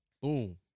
Boom